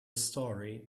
story